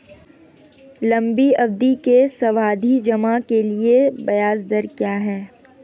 लंबी अवधि के सावधि जमा के लिए ब्याज दर क्या है?